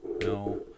no